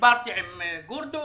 דיברתי עם גרדוס,